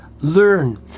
learn